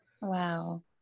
Wow